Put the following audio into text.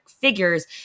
figures